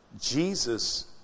Jesus